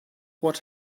what